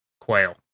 quail